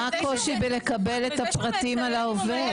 מה הקושי בלקבל את הפרטים על העובד?